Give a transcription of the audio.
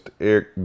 Eric